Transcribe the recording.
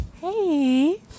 hey